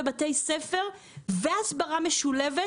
בבתי ספר והסברה משולבת,